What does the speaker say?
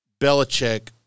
Belichick